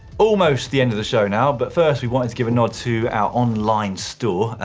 almost the end of the show now, but first we wanted to give a nod to our online store,